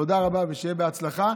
תודה רבה, ושיהיה בהצלחה.